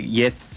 yes